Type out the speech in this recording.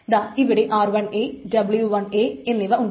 ദാ ഇവിടെ r1w1 എന്നിവ ഉണ്ട്